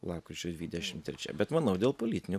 lapkričio dvidešim trečia bet manau dėl politinių